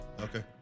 okay